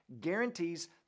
guarantees